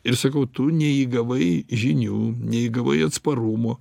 ir sakau tu neįgavai žinių neįgavai atsparumo